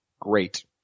Great